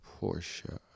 Porsche